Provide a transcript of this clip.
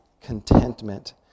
contentment